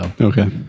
Okay